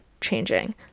changing